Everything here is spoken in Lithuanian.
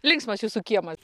linksmas jūsų kiemas